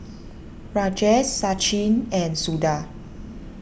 Rajesh Sachin and Suda